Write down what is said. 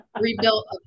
rebuilt